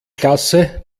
klasse